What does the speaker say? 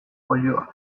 oiloak